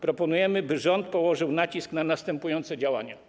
Proponujemy, by rząd położył nacisk na następujące działania.